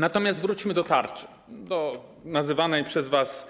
Natomiast wróćmy do tarczy, nazywanej przez was